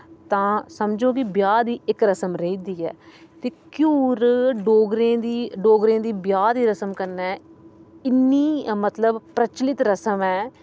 तां समझो की ब्याह् दी इक रस्म रेंही दी ऐ ते घ्युर डोगरे दी डोगरे दी ब्याह् दी रस्म कन्नै इन्नी मतलव प्रचलत रस्म ऐ